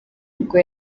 ubwo